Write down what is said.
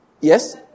Yes